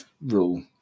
rule